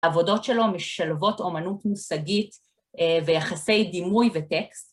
עבודות שלו משלבות אומנות מושגית ויחסי דימוי וטקסט.